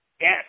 Yes